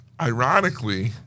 ironically